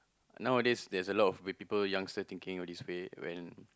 nowadays there's a lot of weird people youngster thinking all these way when